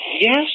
Yes